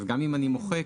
גם אם אני מוחק